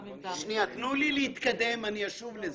תנו לי להתקדם ואני אשוב לזה.